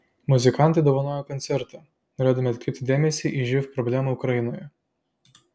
muzikantai dovanojo koncertą norėdami atkreipti dėmesį į živ problemą ukrainoje